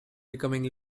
becoming